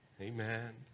Amen